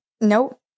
Nope